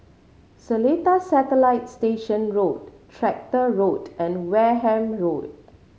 Seletar Satellite Station Road Tractor Road and Wareham Road